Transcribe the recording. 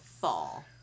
fall